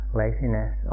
laziness